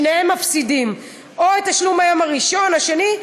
שניהם מפסידים את תשלום היום הראשון והשני,